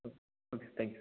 okay thank you